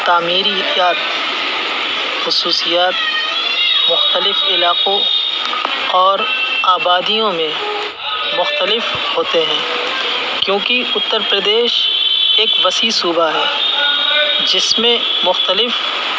تعمیری کا خصوصیات مختلف علاقوں اور آبادیوں میں مختلف ہوتے ہیں کیونکہ اتر پردیش ایک وسیع صوبہ ہے جس میں مختلف